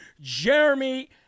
Jeremy